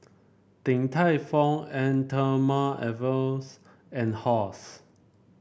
Din Tai Fung an Thermale Avenes and Halls